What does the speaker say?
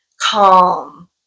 calm